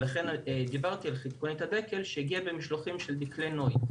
לכן דיברתי על חדקנית הדקל היא שהגיעה במשלוחים של דקלי נוי,